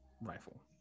rifle